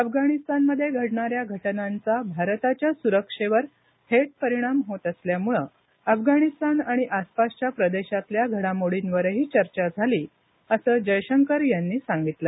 अफगाणिस्तानमध्ये घडणाऱ्या घटनांचा भारताच्या सुरक्षेवर थेट परिणाम होत असल्यामुळे अफगाणिस्तान आणि आसपासच्या प्रदेशातल्या घडामोडींवरही चर्चा झाली असं जयशंकर यांनी सांगितलं